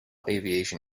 aviation